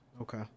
Okay